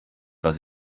was